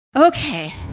Okay